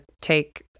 take